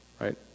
right